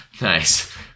Nice